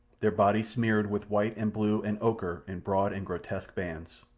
their bodies smeared with white and blue and ochre in broad and grotesque bands.